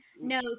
No